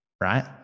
right